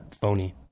phony